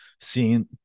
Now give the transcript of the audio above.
seeing